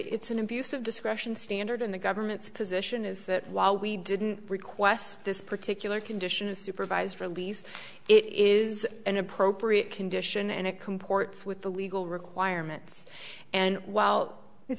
it's an abuse of discretion standard in the government's position is that while we didn't request this particular condition of supervised release it is an appropriate condition and it comports with the legal requirements and while it